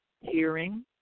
hearing